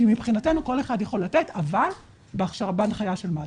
מבחינתנו כל אחד יכול לתת אבל בהנחיה של מד"א.